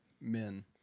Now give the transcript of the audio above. men